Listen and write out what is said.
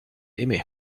aimé